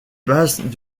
bases